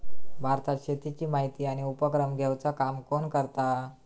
भारतात शेतीची माहिती आणि उपक्रम घेवचा काम कोण करता?